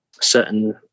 certain